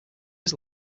his